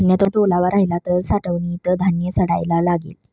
धान्यात ओलावा राहिला तर साठवणीत धान्य सडायला लागेल